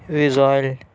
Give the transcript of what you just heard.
visual